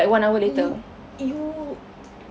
you you